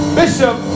bishop